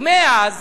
ומאז,